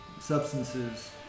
substances